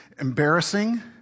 embarrassing